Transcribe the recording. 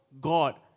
God